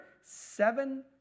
seven